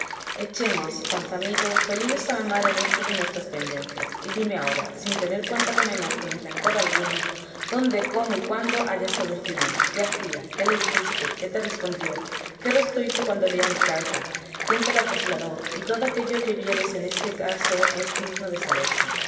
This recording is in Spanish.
echemos panza amigo pelillos a la mar en esto de nuestras pendencias y dime ahora sin tener cuenta con enojo ni rencor alguno dónde cómo y cuándo hallaste a dulcinea qué hacía qué le dijiste qué te respondió qué rostro hizo cuando leía mi carta quién te la trasladó y todo aquello que vieres que en este caso es digno de saberse